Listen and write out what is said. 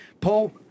Paul